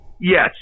Yes